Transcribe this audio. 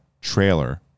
trailer